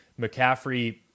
McCaffrey